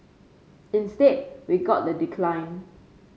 instead we got the decline